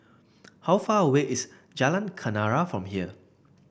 how far away is Jalan Kenarah from here